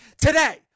Today